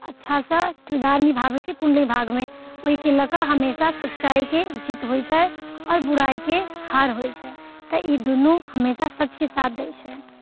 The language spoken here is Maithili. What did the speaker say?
अच्छासँ किरदार निभावैत छै कुण्डली भाग्यमे ओहिके लऽ कऽ हमेशा सच्चाइके जीत होइत छै आओर बुराइके हार होइत छै तऽ ई दुनू हमेशा सचके साथ दैत छै